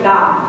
God